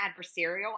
adversarial